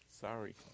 Sorry